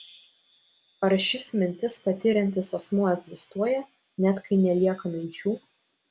ar šis mintis patiriantis asmuo egzistuoja net kai nelieka minčių